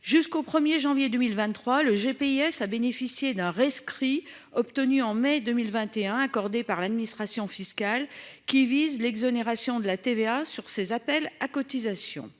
Jusqu'au 1er janvier 2023, le GPS à bénéficier d'un rescrit obtenu en mai 2021 accordés par l'administration fiscale qui vise l'exonération de la TVA sur ces appels à cotisations.